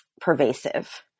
pervasive